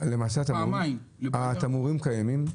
התמרורים קיימים.